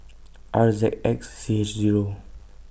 R Z X C H Zero